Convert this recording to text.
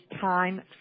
time